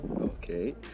Okay